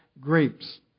grapes